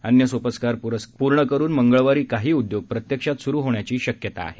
अन्य सोपस्कार पूर्ण करुन मंगळवारी काही उद्योग प्रत्यक्षात सुरु होण्याची शक्यता आहे